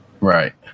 right